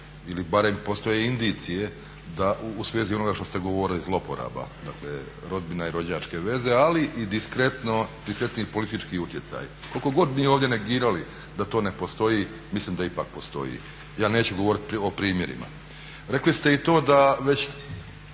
ili barem postoje indicije da u svezi onoga što ste govorili zlouporaba, rodbina i rođačke veze, ali i diskretni politički utjecaj. Koliko god mi ovdje negirali da to ne postoji mislim da ipak postoji. Ja neću govoriti o primjerima. Rekli ste i to da kako